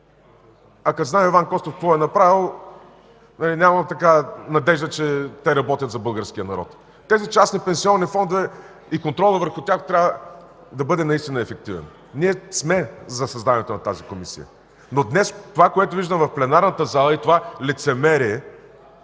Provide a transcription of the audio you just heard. е направил Иван Костов, нямам надежда, че те работят за българския народ. Частните пенсионни фондове и контролът върху тях трябва да бъде наистина ефективен. Ние сме за създаването на тази Комисия, но днес това, което виждам в пленарната зала и това лицемерие